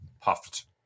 puffed